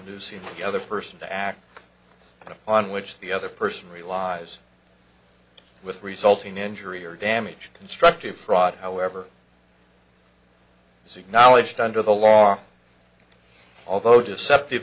see the other person to act on which the other person realize with resulting injury or damage constructive fraud however is acknowledged under the law although deceptive